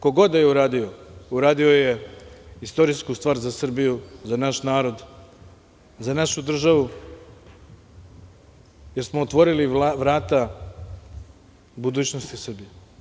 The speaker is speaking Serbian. Ko god da je uradio, uradio je istorijsku stvar za Srbiju, za naš narod, za našu državu, jer smo otvorili vrata budućnosti Srbije.